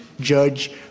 Judge